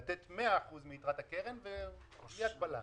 האם נעשתה בכלל איזושהי עבודה בראייה לטווח הרחוק בהקשר הזה?